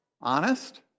Honest